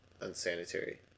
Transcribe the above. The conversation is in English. unsanitary